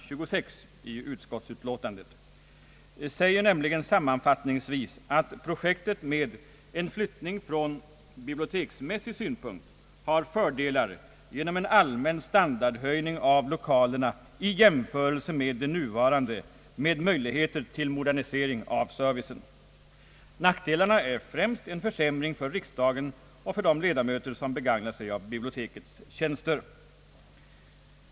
26 i utskottsutlåtandet — säger nämligen sammanfattningsvis, att projektet med en flyttning från biblioteksmässig synpunkt har fördelar genom en allmän standardhöjning av 1okalerna i jämförelse med de nuvarande, med möjligheter till modernisering av servicen, Nackdelarna är främst en försämring för riksdagen och för de ledamöter som begagnar sig av bibliotekets tjänster.